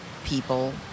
people